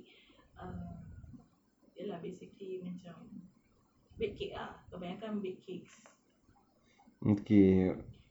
um ya lah basically macam bake cake ah kebanyakan bake cakes